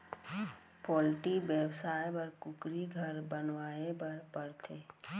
poultry बेवसाय बर कुकुरी घर बनवाए बर परथे